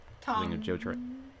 Tom